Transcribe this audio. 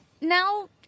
now